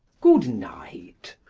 good-night.